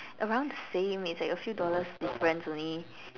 around the same it's like a few dollars difference only